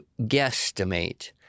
guesstimate